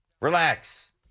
Relax